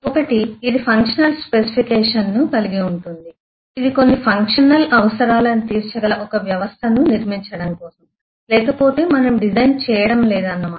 ఒకటి ఇది ఒక ఫంక్షనల్ స్పెసిఫికేషన్ను కలిగి ఉంటుంది ఇది కొన్ని ఫంక్షనల్ అవసరాలను తీర్చగల ఒక వ్యవస్థను నిర్మించడం కోసం లేకపోతే మనము డిజైన్ చేయడం లేదన్న మాట